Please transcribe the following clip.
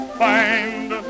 find